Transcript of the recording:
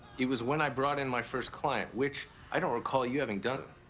it was when i brought in my first client, which i don't recall you having done.